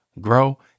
grow